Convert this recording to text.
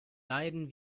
leiden